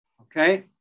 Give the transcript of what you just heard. okay